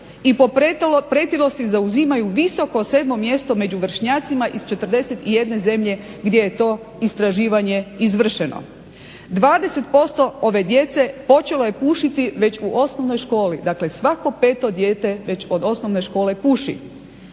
i po pretilosti zauzimaju visoko sedmo mjesto među vršnjacima iz 41 zemlje gdje je to istraživanje izvršeno. 20% ove djece počelo je pušiti već u osnovnoj školi. Dakle, svako peto dijete već od osnovne škole puši.